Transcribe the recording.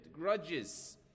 grudges